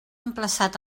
emplaçat